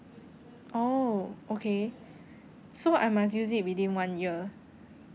oh okay so I must use it within one year